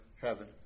heaven